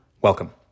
Welcome